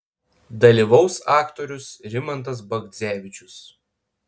dalyvaus aktorius rimantas bagdzevičius